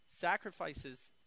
sacrifices